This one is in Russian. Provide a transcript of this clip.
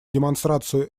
демонстрацию